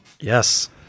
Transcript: Yes